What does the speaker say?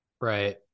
Right